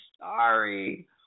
sorry